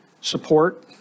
support